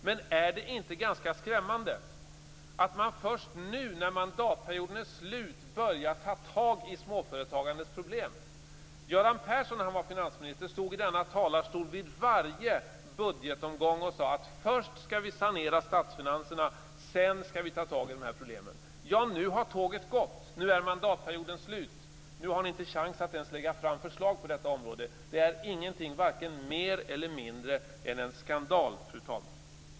Men är det inte ganska skrämmande att regeringen först nu, när mandatperioden är slut, börjar ta tag i småföretagandets problem? När Göran Persson var finansminister stod han i denna talarstol vid varje budgetomgång och sade: Först skall vi sanera statsfinanserna. Sedan skall vi ta tag i de här problemen. Nu har tåget gått! Nu är mandatperioden slut. Nu har inte regeringen en chans att ens lägga fram förslag på området. Det är ingenting annat än en skandal - varken mer eller mindre, fru talman.